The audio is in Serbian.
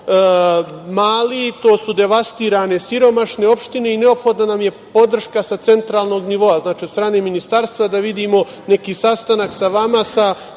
mali. To su devastirane, siromašne opštine i neophodna nam je podrška sa centralnog nivoa. Znači, od strane ministarstva, da vidimo neki sastanak sa vama, sa